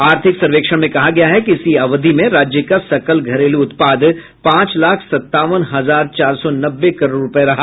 आर्थिक सर्वेक्षण में कहा गया है कि इसी अवधि में राज्य का सकल घरेलू उत्पाद पांच लाख संतावन हजार चार सौ नब्बे करोड़ रूपये रहा